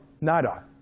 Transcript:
nada